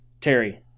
Terry